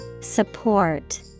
Support